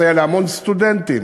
מסייע להמון סטודנטים,